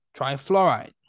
trifluoride